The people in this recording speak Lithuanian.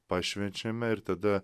pašvenčiame ir tada